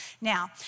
Now